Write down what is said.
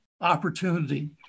opportunity